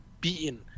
beaten